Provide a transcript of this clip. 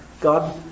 God